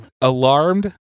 alarmed